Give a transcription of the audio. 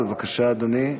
בבקשה, אדוני.